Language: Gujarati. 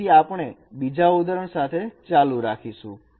તેથી આપણે બીજા ઉદાહરણ સાથે ચાલુ રાખીશું